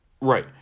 Right